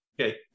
Okay